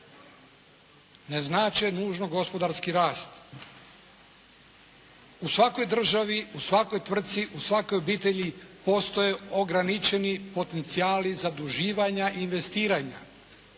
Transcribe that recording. ne znače nužno gospodarski rast. U svakoj državi, u svakoj tvrtci, u svakoj obitelji postoje ograničeni potencijali zaduživanja i investiranja.